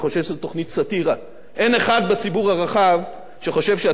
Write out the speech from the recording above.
אין אחד בציבור הרחב שחושב שהתקשורת בישראל נמנעת